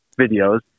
videos